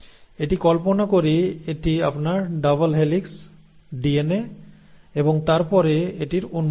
এটি কল্পনা করি এটি আপনার ডাবল হেলিক্স ডিএনএ এবং তারপরে এটির উন্মোচন